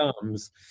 comes